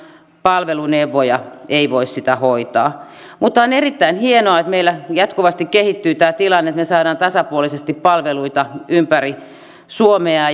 palveluneuvoja ei voi sitä hoitaa mutta on erittäin hienoa että meillä jatkuvasti kehittyy tämä tilanne että me saamme tasapuolisesti palveluita ympäri suomea